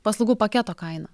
paslaugų paketo kainą